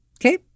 Okay